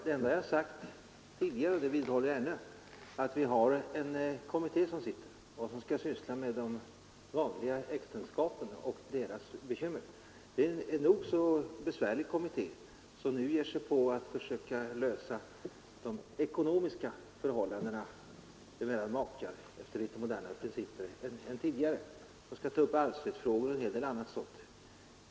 Det enda jag har sagt tidigare, och det vidhåller jag ännu, är att vi har en kommitté som skall syssla med de vanliga äktenskapen och deras bekymmer. Det är en kommitté som har det nog så besvärligt och som nu ger sig på att försöka lösa de ekonomiska förhållandena mellan makar efter litet modernare principer än som tidigare gällt. Den skall ta upp arvsrättsfrågor och en hel del andra problem.